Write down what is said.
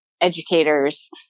educators